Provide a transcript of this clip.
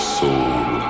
soul